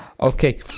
okay